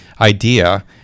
idea